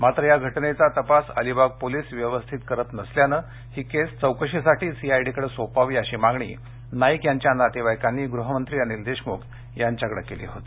मात्र या घटनेचा तपास अलिबाग पोलीस व्यवस्थित करीत नसल्याने ही केस चौकशीसाठी सीआयडीकडे सोपवावी अशी मागणी नाईक यांच्या नातेवाईकांनी गृहमंत्री अनिल देशमुख यांच्याकडे केली होती